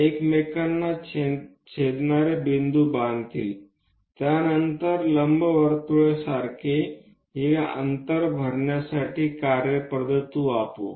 एकमेकांना छेदणारे बिंदू बांधतील त्यानंतर लंबवर्तुळासारखे ही अंतर भरण्यासाठी कार्यपद्धती वापरू